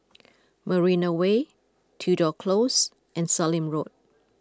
Marina Way Tudor Close and Sallim Road